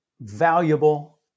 valuable